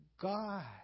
God